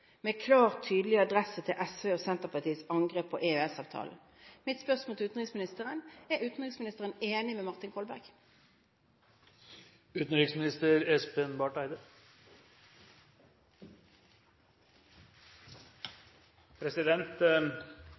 med klar, tydelig adresse til SVs og Senterpartiets angrep på EØS-avtalen. Mitt spørsmål til utenriksministeren er: Er utenriksministeren enig med Martin Kolberg?